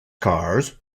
cars